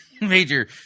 major